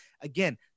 Again